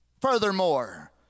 Furthermore